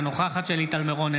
אינה נוכחת שלי טל מירון,